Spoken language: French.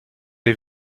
des